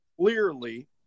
clearly